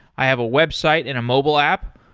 i have a website in a mobile app,